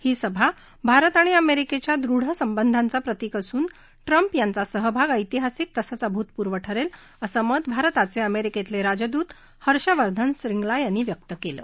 ही सभा भारत आणि अमरिक्स्त्रा दृढ संबंधाच प्रतिक असून ट्रंप यांचा सहभाग ऐतिहासिक तसंच अभूतपूर्व ठरलीअसं मत भारताच अमरिक्सितिल रिजदूत हर्षवर्धन श्रींगला यांनी व्यक्त कलि